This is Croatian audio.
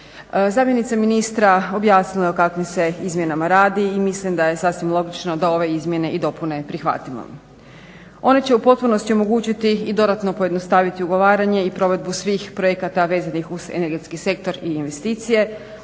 Zamjenica ministra objasnila je o kakvim se izmjenama radi i mislim da je sasvim logično da ove izmjene i dopune prihvatimo. One će u potpunosti omogućiti i dodatno pojednostaviti ugovaranje i provedbu svih projekata vezanih uz energetski sektor i investicije,